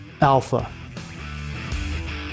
alpha